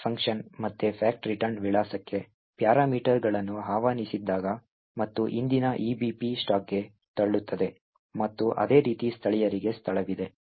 fact function ಮತ್ತೆ fact return ವಿಳಾಸಕ್ಕೆ ಪ್ಯಾರಾಮೀಟರ್ಗಳನ್ನು ಆಹ್ವಾನಿಸಿದಾಗ ಮತ್ತು ಹಿಂದಿನ EBP ಸ್ಟಾಕ್ಗೆ ತಳ್ಳುತ್ತದೆ ಮತ್ತು ಅದೇ ರೀತಿ ಸ್ಥಳೀಯರಿಗೆ ಸ್ಥಳವಿದೆ